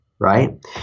Right